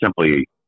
simply –